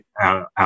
out